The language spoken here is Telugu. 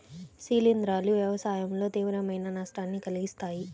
శిలీంధ్రాలు వ్యవసాయంలో తీవ్రమైన నష్టాన్ని కలిగిస్తాయి